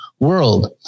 world